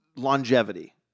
longevity